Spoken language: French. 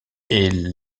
est